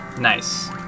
Nice